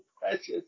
precious